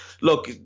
look